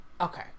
okay